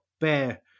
bear